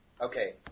Okay